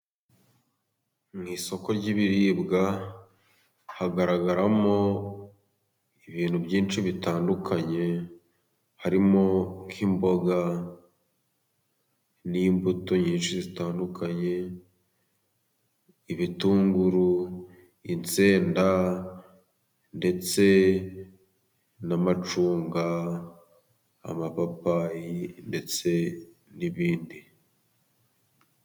Mu isoko ry'ibiribwa hagaragaramo ibintu byinshi bitandukanye, harimo nk'imboga n'imbuto nyinshi zitandukanye, ibitunguru, insenda ndetse n'amacunga, amapapayi ndetse n'ibindi.